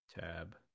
tab